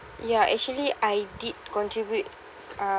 ya actually I did contribute uh